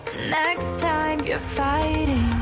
next time you're fighting